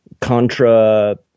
contra